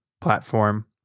platform